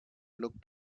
looked